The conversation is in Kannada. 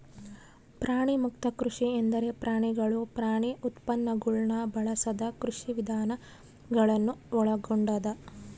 ಪ್ರಾಣಿಮುಕ್ತ ಕೃಷಿ ಎಂದರೆ ಪ್ರಾಣಿಗಳು ಪ್ರಾಣಿ ಉತ್ಪನ್ನಗುಳ್ನ ಬಳಸದ ಕೃಷಿವಿಧಾನ ಗಳನ್ನು ಒಳಗೊಂಡದ